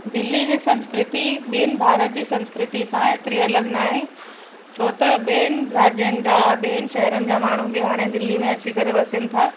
दिल्ली जी संस्कृति ॿियनि भारत जी संस्कृति सां एतिरी अलॻि न आहे छोत ॿियनि राज्यनि जा ॿियनि शहरनि जा माण्हू बि हाणे दिल्ली में अची करे वसिनि था